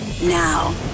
Now